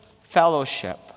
fellowship